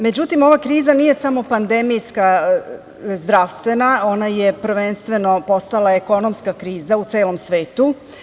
Međutim, ova kriza nije samo pandemijska, zdravstvena, ona je prvenstveno postala ekonomska kriza u celom svetu.